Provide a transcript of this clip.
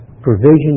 Provisions